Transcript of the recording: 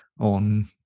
on